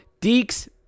Deeks